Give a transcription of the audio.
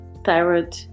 thyroid